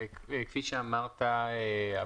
כפי שאמרת,